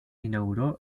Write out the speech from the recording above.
inauguró